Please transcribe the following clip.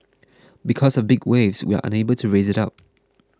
because of big waves we are unable to raise it up